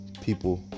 people